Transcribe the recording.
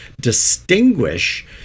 distinguish